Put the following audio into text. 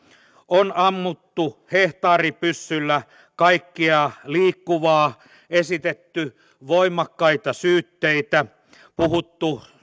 on ammuttu hehtaaripyssyllä kaikkea liikkuvaa esitetty voimakkaita syytteitä puhuttu